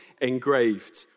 engraved